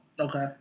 Okay